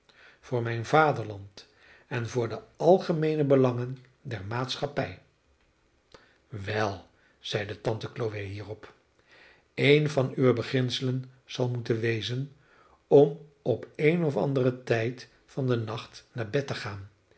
voor mijn vaderland en voor de algemeene belangen der maatschappij wel zeide tante chloe hierop een van uwe beginselen zal moeten wezen om op een of anderen tijd van den nacht naar bed te gaan